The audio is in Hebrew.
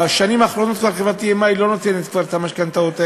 בשנים האחרונות חברת EMI כבר לא נותנת את המשכנתאות האלה,